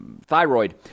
thyroid